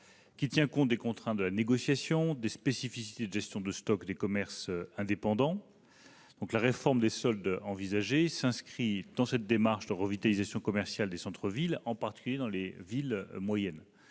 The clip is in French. il tient compte des contraintes de la négociation et des spécificités de gestion de stocks des commerces indépendants. La réforme des soldes envisagée s'inscrit dans une démarche de revitalisation commerciale des centres-villes, en particulier dans les villes moyennes.